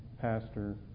pastor